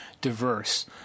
diverse